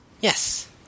Yes